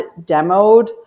demoed